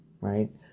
Right